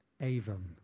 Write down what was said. avon